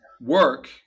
work